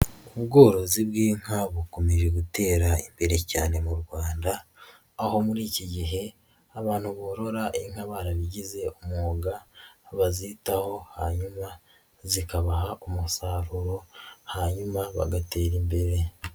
Ubworozi bw'inka bukomeje gutera imbere cyane mu Rwanda, aho muri iki gihe abantu borora inka barabigize umwuga, bazitaho hanyuma zikabaha umusaruro hanyuma bagatera imbere.